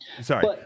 sorry